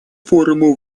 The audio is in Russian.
форума